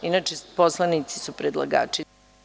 Inače, poslanici su predlagači.